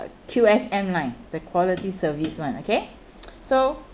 Q_S_M line the quality service one okay so